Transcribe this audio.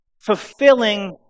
fulfilling